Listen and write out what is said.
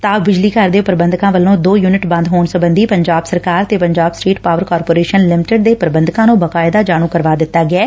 ਤਾਪ ਬਿਜਲੀ ਘਰ ਦੇ ਪ੍ਰਬੰਧਕਾਂ ਵੱਲੋਂ ਦੋ ਯੁਨਿਟ ਬੰਦ ਹੋਣ ਸਬੰਧੀ ਪੰਜਾਬ ਸਰਕਾਰ ਤੇ Punjab state power corporation limited ਦੇ ਪ੍ਰਬੰਧਕਾ ਨੂੰ ਬਕਾਇਦਾ ਜਾਣੂ ਕਰਵਾ ਦਿੱਤਾ ਗੈ